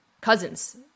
Cousins